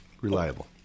reliable